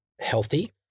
healthy